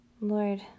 Lord